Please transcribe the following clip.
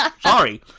Sorry